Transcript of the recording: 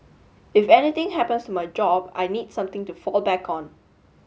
if anything happens to my job I need something to fall back on